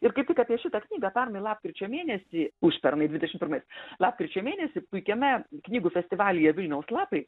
ir kaip tik apie šitą knygą pernai lapkričio mėnesį užpernai dvidešim pirmais lapkričio mėnesį puikiame knygų festivalyje vilniaus lapai